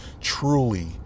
truly